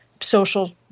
social